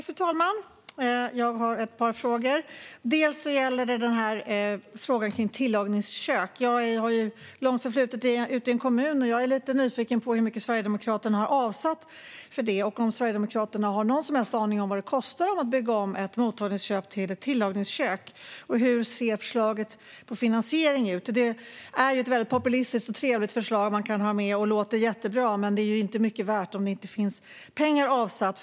Fru talman! Jag har ett par frågor. Det gäller först tillagningskök. Jag har ett långt förflutet ute i en kommun och är nyfiken på hur mycket Sverigedemokraterna har avsatt för detta. Har Sverigedemokraterna någon som helst aning om vad det kostar om man bygger om ett mottagningskök till ett tillagningskök? Hur ser finansieringsförslaget ut? Det här är ett väldigt populistiskt och trevligt förslag som man kan hålla med om. Det låter jättebra, men det är inte mycket värt om det inte finns pengar avsatta.